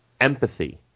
empathy